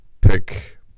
pick